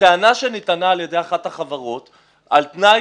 בטענה שנטענה על ידי אחת החברות על תנאי